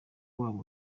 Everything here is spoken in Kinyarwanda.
wabo